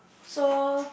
so